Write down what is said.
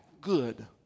good